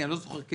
אני לא זוכר.